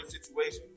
situation